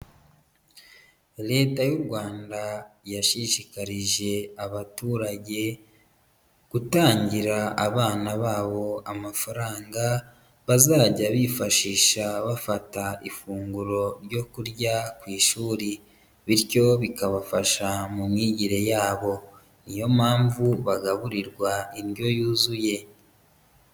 Leta y'u Rwanda yashishikarije abaturage gutangira abana babo amafaranga bazajya bifashisha bafata ifunguro ryo kurya ku ishuri, bityo bikabafasha mu myigire yabo. Ni yo mpamvu bagaburirwa indyo yuzuye.